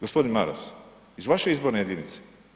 Gospodin Maras, iz vaše izborne jedinice.